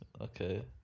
Okay